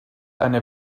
eine